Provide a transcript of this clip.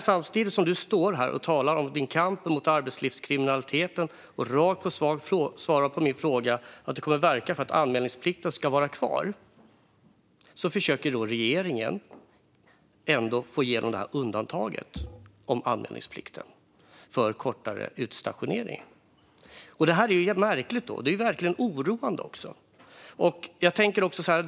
Samtidigt som du står här, Paulina Brandberg, och talar om din kamp mot arbetslivskriminaliteten och på min fråga svarar rakt på sak att du kommer att verka för att anmälningsplikten ska vara kvar försöker nämligen regeringen få igenom undantaget från anmälningsplikten för kortare utstationeringar. Detta är märkligt, och det är verkligen oroande.